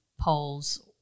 polls